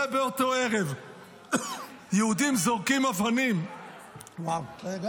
ובאותו ערב יהודים זורקים אבנים --- אתה טועה